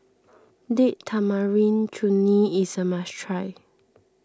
Date Tamarind Chutney is a must try